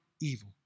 evil